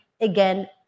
again